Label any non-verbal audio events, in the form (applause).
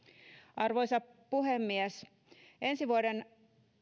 arvoisa puhemies (unintelligible) ensi vuoden